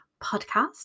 podcast